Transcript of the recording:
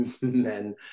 men